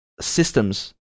systems